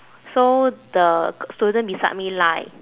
so the student beside me lie